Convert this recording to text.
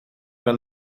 dan